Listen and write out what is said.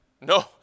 No